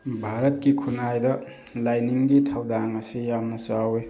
ꯕꯥꯔꯠꯀꯤ ꯈꯨꯟꯅꯥꯏꯗ ꯂꯥꯏꯅꯤꯡꯒꯤ ꯊꯧꯗꯥꯡ ꯑꯁꯤ ꯌꯥꯝꯅ ꯆꯥꯎꯋꯤ